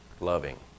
loving